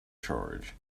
charge